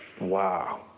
Wow